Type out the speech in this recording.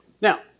Now